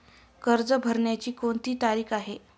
कर्ज भरण्याची कोणती तारीख आहे?